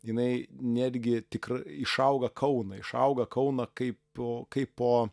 jinai netgi tikr išauga kauną išauga kauną kaip kaip po